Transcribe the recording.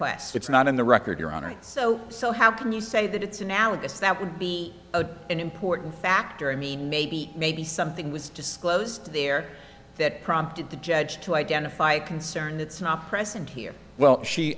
st it's not in the record your honor so so how can you say that it's analogous that would be a an important factor i mean maybe maybe something was disclosed there that prompted the judge to identify concerned it's not present here well she